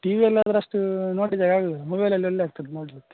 T ವಿಯಲಾದ್ರೆ ಅಷ್ಟು ನೋಡಿದಾಗ ಆಗೋದಿಲ್ಲ ಮೊಬೈಲಲ್ಲಿ ಒಳ್ಳೆ ಆಗ್ತದೆ ನೋಡಲಿಕ್ಕೆ